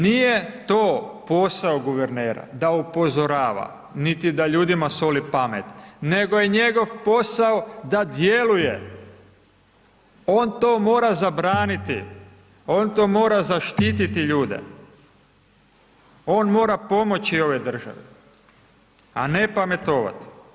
Nije to posao guvernera, da upozorava niti da ljudima soli pamet, nego je njegov posao da djeluje on to mora zabraniti, on to mora zaštititi ljude, on mora pomoći ovoj državi, a ne pametovat.